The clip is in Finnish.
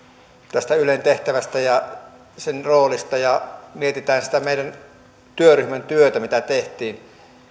puheen ylen tehtävästä ja sen roolista ja mietitään sitä meidän työryhmän työtä mitä tehtiin